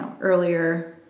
earlier